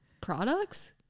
products